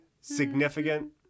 significant